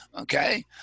Okay